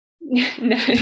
no